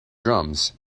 drums